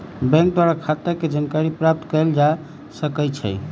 bank द्वारा खता के जानकारी प्राप्त कएल जा सकइ छइ